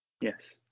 Yes